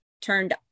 turned